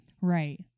Right